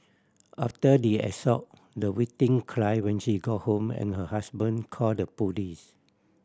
after the assault the victim cried when she got home and her husband called the police